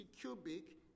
cubic